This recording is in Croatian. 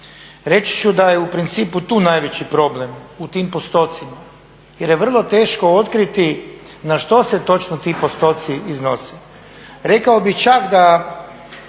Reći ću da je u principu tu najveći problem u tim postocima jer je vrlo teško otkriti na što se točno ti postoci iznose. Rekao bih čak da